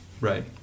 Right